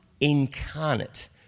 incarnate